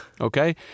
Okay